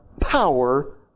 power